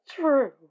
true